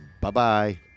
Bye-bye